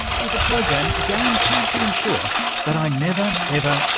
with a program guaranteed to ensure that i never, ever,